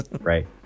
Right